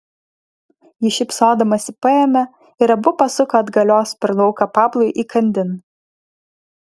ji šypsodamasi paėmė ir abu pasuko atgalios per lauką pablui įkandin